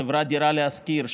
חברת דירה להשכיר,